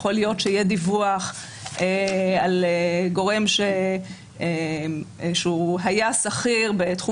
יכול להיות שיהיה דיווח על גורם שהוא היה שכיר בתחום